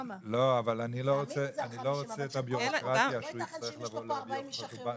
אני לא רוצה את הביורוקרטיה שהוא יצטרך לבוא להביא הוכחות.